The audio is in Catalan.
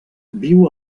viu